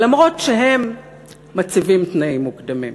ואף שהם מציבים תנאים מוקדמים.